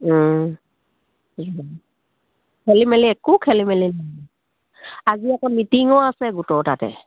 খেলি মেলি একো খেলি মেলি আজি আকৌ মিটিঙো আছে গোটৰ তাতে